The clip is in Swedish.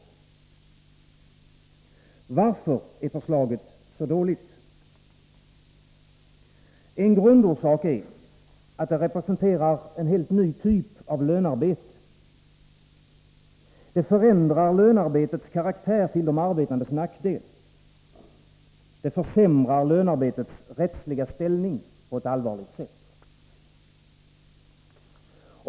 Varför är förslaget så dåligt? En grundorsak är att det representerar en ny typ av lönarbete. Det förändrar lönarbetets karaktär till de arbetandes nackdel. Det försämrar lönarbetets rättsliga ställning på ett allvarligt sätt.